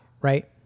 right